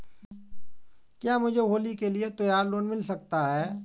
क्या मुझे होली के लिए त्यौहार लोंन मिल सकता है?